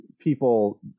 people